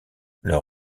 leur